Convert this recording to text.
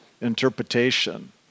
interpretation